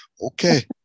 Okay